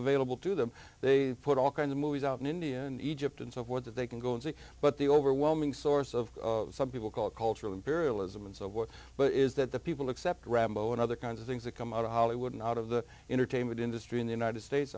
available to them they put all kinds of movies out in indian egypt and so forth that they can go and see but the overwhelming source of some people call it cultural imperialism and so forth but is that the people accept rambo and other kinds of things that come out of hollywood and out of the entertainment industry in the united states